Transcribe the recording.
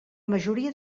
majoria